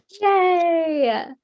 Yay